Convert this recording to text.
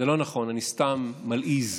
זה לא נכון, אני סתם מלעיז.